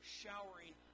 showering